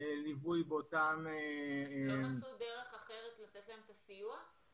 ליווי --- לא מצאו דרך אחרת לתת להם את הסיוע?